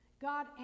God